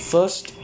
First